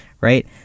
right